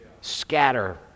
scatter